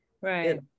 right